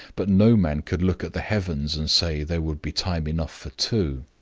but no man could look at the heavens and say there would be time enough for two.